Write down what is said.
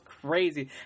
crazy